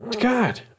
God